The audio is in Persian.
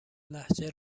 لهجه